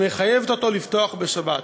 שמחייבת אותו לפתוח בשבת.